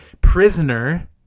prisoner